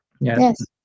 Yes